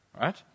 Right